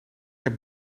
heb